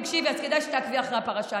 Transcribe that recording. תקשיבי, אז כדאי שתעקבי אחרי הפרשה.